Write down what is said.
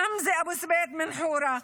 חמזה אבו סבית מחורה,